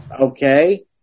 Okay